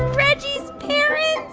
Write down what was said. reggie's parents